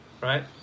right